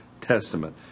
Testament